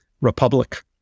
republic